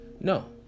No